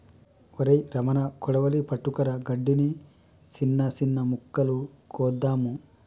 ఒరై రమణ కొడవలి పట్టుకురా గడ్డిని, సిన్న సిన్న మొక్కలు కోద్దాము